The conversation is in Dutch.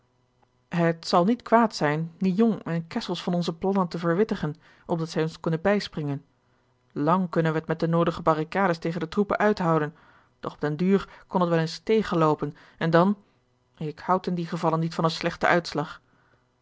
het zal niet kwaad zijn niellon en kessels van onze plannen te verwittigen opdat zij ons kunnen bijspringen lang kunnen wij het met de noodige barricades tegen de troepen uithouden doch op den duur kon het wel eens tegenloopen en dan ik houd in die gevallen niet van een slechten uitslag